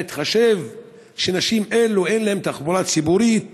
בהתחשב בכך שלנשים אלו אין תחבורה ציבורית